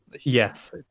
yes